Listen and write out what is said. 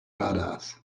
badass